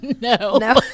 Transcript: No